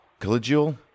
collegial